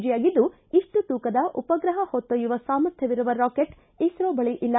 ಜಿಯಾಗಿದ್ದು ಇಷ್ಲು ತೂಕದ ಉಪಗ್ರಹ ಹೊತ್ತೊಯ್ಲುವ ಸಾಮರ್ಥ್ನವಿರುವ ರಾಕೆಟ್ ಇಸ್ರೋ ಬಳಿ ಇಲ್ಲ